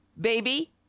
baby